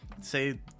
say